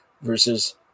versus